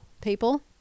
People